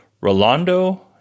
Rolando